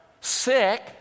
sick